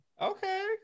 Okay